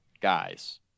guys